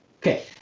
Okay